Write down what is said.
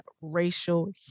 racial